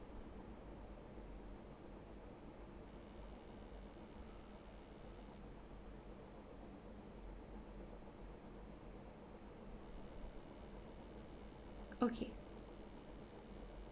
okay